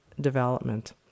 development